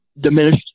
diminished